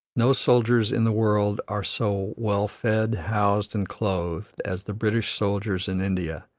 no soldiers in the world are so well fed, housed, and clothed as the british soldiers in india,